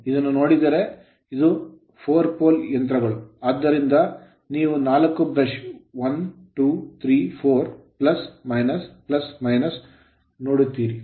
ಇದನ್ನು ನೋಡಿದರೆ ಇದು 4 ಧ್ರುವ ಯಂತ್ರಗಳು ಆದ್ದರಿಂದ ನೀವು ನಾಲ್ಕು brushs ಬ್ರಷ್ ಗಳನ್ನು 1 2 3 4 ನೋಡುತ್ತೀರಿ